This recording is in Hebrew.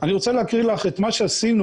אני רוצה להקריא לך את מה שעשינו,